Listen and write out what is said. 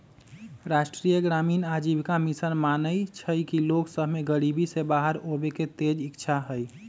राष्ट्रीय ग्रामीण आजीविका मिशन मानइ छइ कि लोग सभ में गरीबी से बाहर आबेके तेज इच्छा हइ